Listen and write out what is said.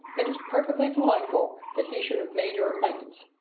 it is perfectly delightful that he should have made your acquaintance.